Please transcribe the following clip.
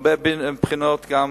מהרבה בחינות, וזה